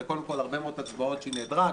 אלו הרבה מאוד הצבעות שהיא נעדרה,